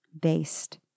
based